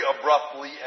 abruptly